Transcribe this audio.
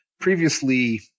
previously